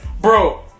bro